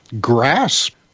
grasp